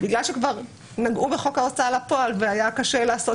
בגלל שכבר נגעו בחוק ההוצאה לפועל והיה קשה לעשות